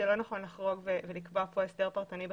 שלא נכון לחרוג ולקבוע כאן הסדר פרטני בחקיקה.